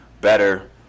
better